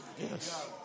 Yes